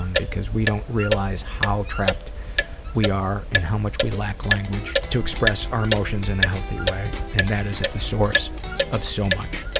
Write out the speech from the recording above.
um because we don't realize how trapped we are and how much we lack language to express our emotions in a healthy way, and that is at the source of so much.